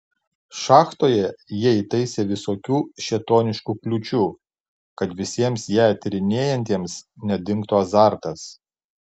šachtoje jie įtaisė visokių šėtoniškų kliūčių kad visiems ją tyrinėjantiems nedingtų azartas